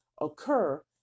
occur